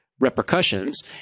repercussions